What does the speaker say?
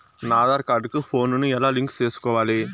నా ఆధార్ కార్డు కు ఫోను ను ఎలా లింకు సేసుకోవాలి?